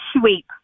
sweep